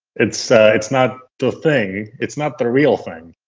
it's it's not the thing, it's not the real thing,